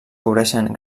cobreixen